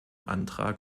antrag